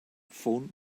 phone